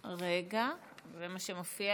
רגע, זה מה שמופיע